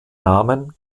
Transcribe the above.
namen